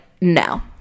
no